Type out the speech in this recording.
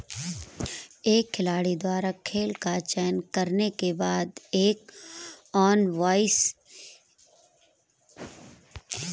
एक खिलाड़ी द्वारा खेल का चयन करने के बाद, एक इनवॉइस ऑनस्क्रीन दिखाई देता है